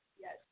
Yes